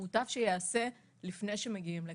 מוטב שייעשה לפני שמגיעים לכאן.